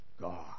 God